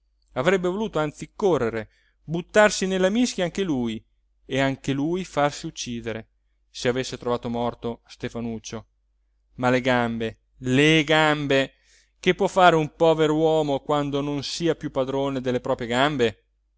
avrebbe voluto anzi correre buttarsi nella mischia anche lui e anche lui farsi uccidere se avesse trovato morto stefanuccio ma le gambe le gambe che può fare un povero uomo quando non sia piú padrone delle proprie gambe